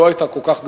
לא היתה כל כך גדולה.